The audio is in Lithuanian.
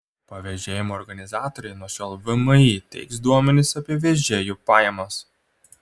pavėžėjimo organizatoriai nuo šiol vmi teiks duomenis apie vežėjų pajamas